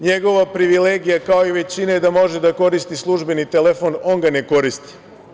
Njegova privilegija je kao i većine da može da koristi službeni telefon, on ga ne koristi.